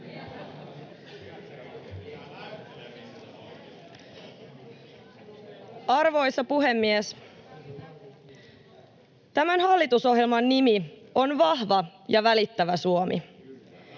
Arvoisa puhemies! Tämän hallitusohjelman nimi on Vahva ja välittävä Suomi.